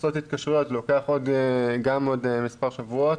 לעשות התקשרויות לוקח גם עוד מספר שבועות.